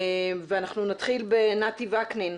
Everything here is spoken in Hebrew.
נתחיל בנתי וקנין